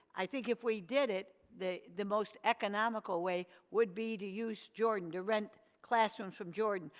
i think if we did it, the the most economical way, would be to use jordan, to rent classrooms from jordan,